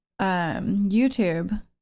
YouTube